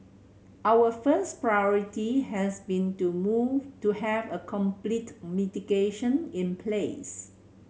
our first priority has been to have a complete mitigation in place